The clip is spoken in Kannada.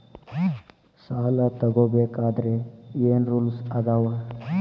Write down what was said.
ಸಾಲ ತಗೋ ಬೇಕಾದ್ರೆ ಏನ್ ರೂಲ್ಸ್ ಅದಾವ?